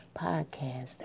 podcast